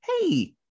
hey